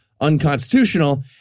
unconstitutional